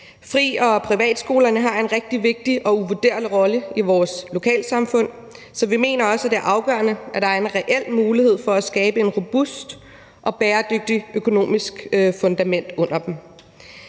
Fri- og privatskolerne har en rigtig vigtig og uvurderlig rolle i vores lokalsamfund, så vi mener også, at det er afgørende, at der er en reel mulighed for at skabe et robust og bæredygtigt økonomisk fundament under dem.